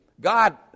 God